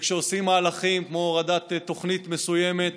כשעושים מהלכים כמו הורדת תוכנית מסוימת,